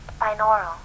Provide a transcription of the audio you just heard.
Binaural